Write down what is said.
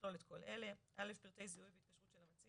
ויכלול את כל אלה: (א) פרטי זיהוי והתקשרות של המצהיר,